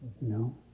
No